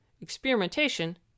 experimentation